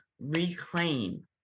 Reclaim